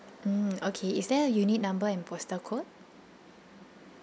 mm okay is there a unit number and postal code